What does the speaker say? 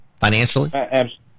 financially